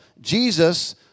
Jesus